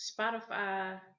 Spotify